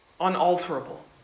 Unalterable